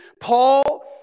Paul